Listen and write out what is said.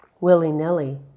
willy-nilly